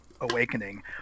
awakening